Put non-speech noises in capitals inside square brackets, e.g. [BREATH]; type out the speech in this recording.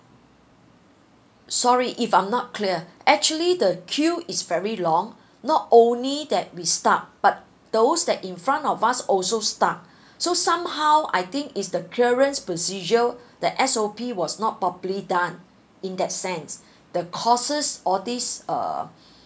sorry if I'm not clear actually the queue is very long [BREATH] not only that we stuck but those that in front of us also stuck [BREATH] so somehow I think is the clearance procedure [BREATH] that S_O_P was not properly done in that sense [BREATH] the causes all this a